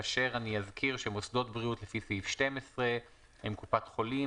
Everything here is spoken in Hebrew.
כאשר אני אזכיר שמוסדות בריאות לפי סעיף 12 הם: קופת חולים,